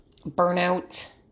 burnout